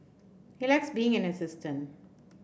he likes being an assistant